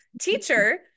teacher